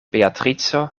beatrico